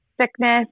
sickness